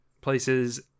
places